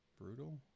Brutal